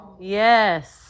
Yes